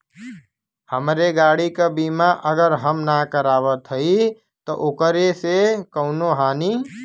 हमरे गाड़ी क बीमा अगर हम ना करावत हई त ओकर से कवनों हानि?